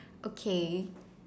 okay